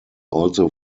also